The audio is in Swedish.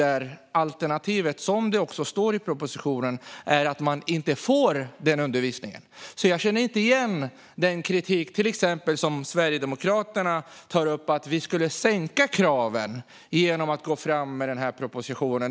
Där är alternativet, som det också står i propositionen, att man inte får den undervisningen. Jag känner inte igen den kritik som till exempel Sverigedemokraterna tar upp - att vi skulle sänka kraven genom att gå fram med denna proposition.